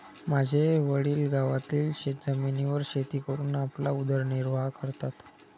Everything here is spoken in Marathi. माझे वडील गावातील शेतजमिनीवर शेती करून आपला उदरनिर्वाह करतात